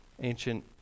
ancient